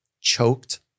choked